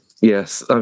yes